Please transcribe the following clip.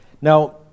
Now